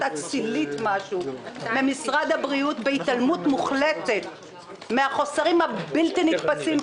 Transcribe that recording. אצילית משהו במשרד הבריאות בהתעלמות מוחלטת מהחוסרים הבלתי-נתפסים,